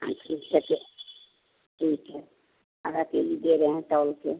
हाँ ठीक है फिर ठीक है आधा के जी दे रहे हैं तोल के